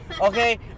Okay